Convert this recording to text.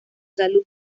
salud